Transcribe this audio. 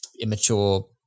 immature